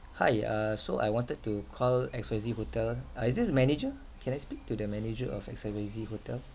hi uh so I wanted to call X Y Z hotel uh is this the manager can I speak to the manager of X uh Y Z hotel